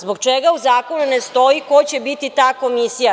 Zbog čega u zakonu ne stoji ko će biti ta komisija?